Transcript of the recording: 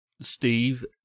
Steve